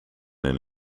and